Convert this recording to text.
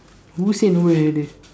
who said nobody will hear this